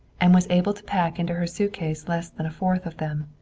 and was able to pack into her suitcase less than a fourth of them.